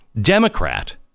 Democrat